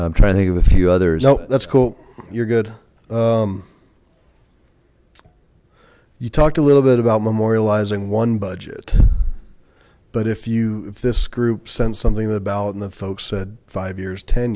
i'm trying to think of a few others oh that's cool you're good you talked a little bit about memorializing one budget but if you if this group sent something that about and the folks said five years ten